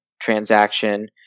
transaction